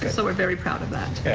so we're very proud of that.